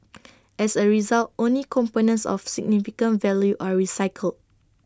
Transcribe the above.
as A result only components of significant value are recycled